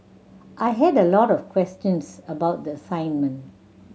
I had a lot of questions about the assignment